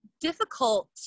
difficult